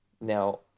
Now